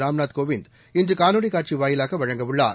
ராம்நாத் கோவிந்த் இன்று காணொலி காட்சி வாயிலாக வழங்கவுள்ளார்